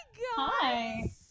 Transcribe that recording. Hi